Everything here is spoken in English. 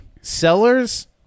sellers